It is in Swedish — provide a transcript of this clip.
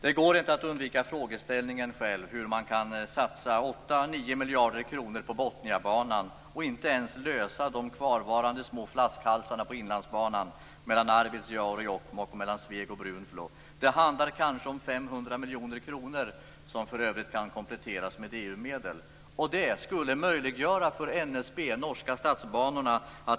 Det går inte att undvika frågeställningen hur man kan satsa 8-9 miljarder kronor på Bottniabanan och inte ens lösa de kvarvarande flaskhalsarna på Inlandsbanan mellan Arvidsjaur och Jokkmokk samt mellan Sveg och Brunflo. Det handlar kanske om 500 miljoner kronor, som för övrigt kan kompletteras med Sydnorge.